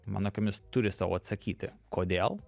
mano akimis turi sau atsakyti kodėl